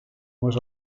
was